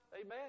Amen